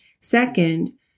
Second